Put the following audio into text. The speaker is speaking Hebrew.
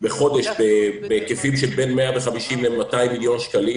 בחודש בהיקפים של בין 150 200 מיליון שקלים